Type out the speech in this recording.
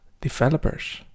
developers